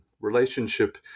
relationship